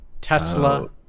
Tesla